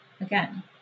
Again